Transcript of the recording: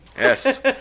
Yes